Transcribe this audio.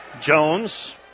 Jones